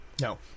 No